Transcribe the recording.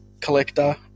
collector